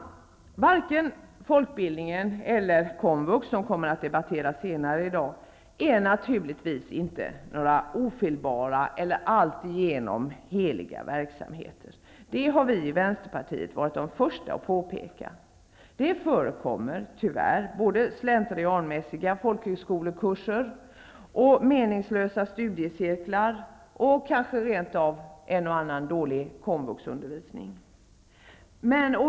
Varken folkbildningen eller komvux, som kommer att debatteras senare i dag, är naturligtvis ofelbara eller alltigenom heliga verksamheter. Det har vi i Vänsterpartiet varit de första att påpeka. Det förekommer tyvärr både slentrianmässiga folkhögskolekurser och meningslösa studiecirklar, kanske rent av en och annan dålig komvuxundervisning.